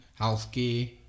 healthcare